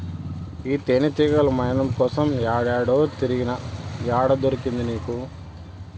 ఈ తేనెతీగల మైనం కోసం ఏడేడో తిరిగినా, ఏడ దొరికింది నీకు